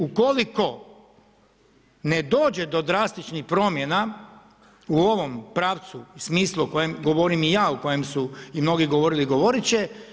Ukoliko ne dođe do drastičnih promjena u ovom pravcu i smislu o kojem govorim i ja, u kojem su i mnogi govorili i govorit će.